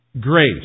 grace